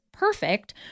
Perfect